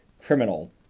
criminal